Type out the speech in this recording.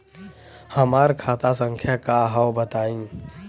हमार खाता संख्या का हव बताई?